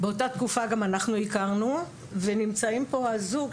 באותה תקופה גם אנחנו היכרנו ונמצאים פה הזוג,